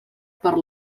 per